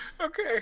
Okay